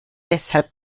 deshalb